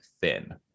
thin